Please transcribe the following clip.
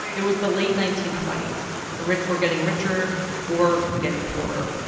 it was the late nineteen twenty s the rich were getting richer the poor getting poorer.